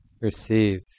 receive